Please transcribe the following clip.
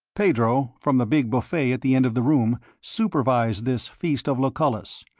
pedro, from the big bouffet at the end of the room, supervised this feast of lucullus,